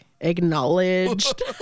acknowledged